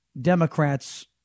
Democrats